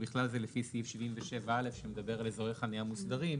ובכלל זה לפי סעיף 77(א) שמדבר על אזורי חנייה מוסדרים,